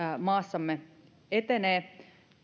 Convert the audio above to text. maassamme etenee